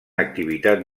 activitat